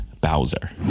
Bowser